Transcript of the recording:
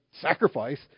sacrifice